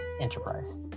enterprise